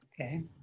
Okay